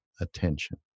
attention